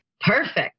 Perfect